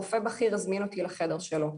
רופא בכיר הזמין אותי לחדר שלו,